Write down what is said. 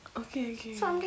ookay ookay ookay